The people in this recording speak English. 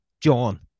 John